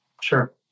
Sure